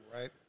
right